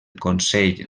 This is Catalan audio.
consell